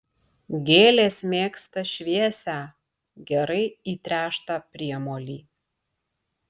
gėlės mėgsta šviesią gerai įtręštą priemolį